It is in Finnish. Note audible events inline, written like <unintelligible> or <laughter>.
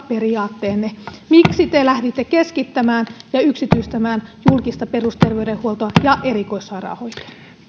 <unintelligible> periaatteenne miksi te lähditte keskittämään ja yksityistämään julkista perusterveydenhuoltoa ja erikoissairaanhoitoa